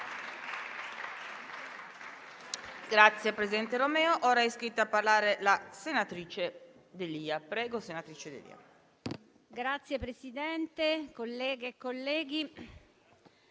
Signor Presidente, colleghe e colleghi,